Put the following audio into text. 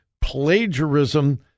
plagiarism